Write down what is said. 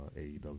AEW